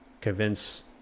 convince